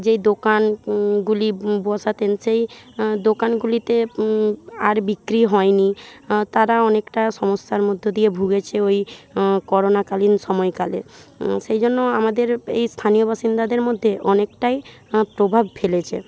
যেই দোকান গুলি বসাতেন সেই দোকানগুলিতে আর বিক্রি হয়নি তারা অনেকটা সমস্যার মধ্য দিয়ে ভুগেছে ওই করোনাকালীন সময়কালে সেই জন্য আমাদের এই স্থানীয় বাসিন্দাদের মধ্যে অনেকটাই প্রভাব ফেলেছে